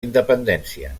independència